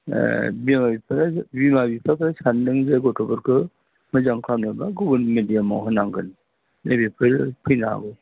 बिमा बिफाफोरा सान्दों जे गथ'फोरखौ मोजां खालामनोब्ला गुबुन मिडियामआव होनांगोन नै बेफोरो फैनो हागौ